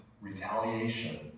retaliation